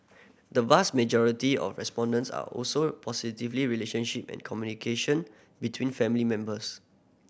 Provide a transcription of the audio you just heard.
the vast majority of respondents are also positively relationship and communication between family members